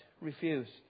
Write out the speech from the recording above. refused